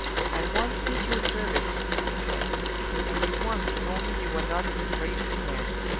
i once did you a service, he said and you once told me you were not an ungrateful man.